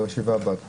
בישיבה הבאה --- כן.